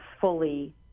fully